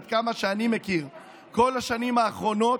עד כמה שאני מכיר בכל השנים האחרונות,